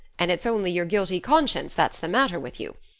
and its only your guilty conscience that's the matter with you.